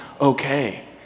okay